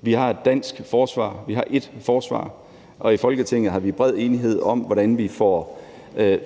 Vi har et dansk forsvar, vi har ét forsvar, og i Folketinget har vi en bred enighed om, hvordan vi får